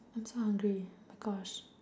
I'm so hungry my gosh